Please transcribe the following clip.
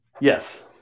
Yes